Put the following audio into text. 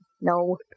no